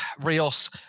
Rios